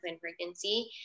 pregnancy